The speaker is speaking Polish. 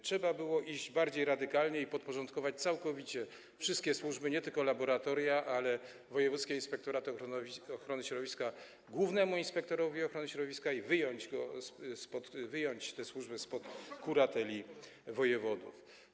Trzeba było iść bardziej radykalnie i podporządkować całkowicie wszystkie służby, nie tylko laboratoria, ale też wojewódzkie inspektoraty ochrony środowiska głównemu inspektorowi ochrony środowiska i wyjąć je spod kurateli wojewodów.